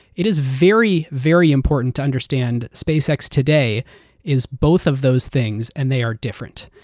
it is very, very, important to understand spacex today is both of those things and they are different.